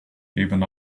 even